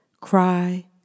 Cry